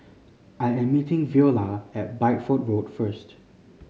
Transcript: I am meeting Veola at Bideford Road first